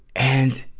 and,